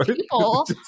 people